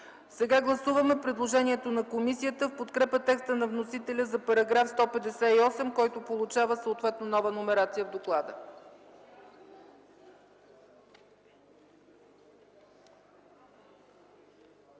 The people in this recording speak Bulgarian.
на гласуване предложението на комисията в подкрепа текста на вносителя за § 158, който получава съответно нова номерация в доклада.